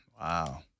Wow